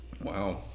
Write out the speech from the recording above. wow